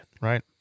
Right